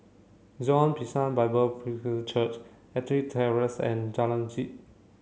Zion Bishan Bible Presbyterian Church Ettrick Terrace and Jalan Uji